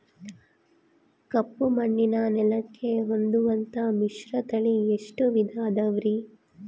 ಕಪ್ಪುಮಣ್ಣಿನ ನೆಲಕ್ಕೆ ಹೊಂದುವಂಥ ಮಿಶ್ರತಳಿ ಎಷ್ಟು ವಿಧ ಅದವರಿ?